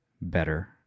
better